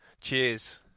Cheers